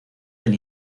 del